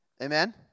Amen